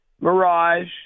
Mirage